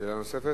שאלה נוספת.